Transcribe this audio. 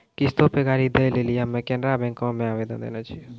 किश्तो पे गाड़ी दै लेली हम्मे केनरा बैंको मे आवेदन देने छिये